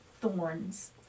thorns